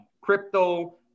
crypto